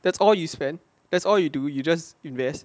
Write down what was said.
that's all you spend that's all you do you just invest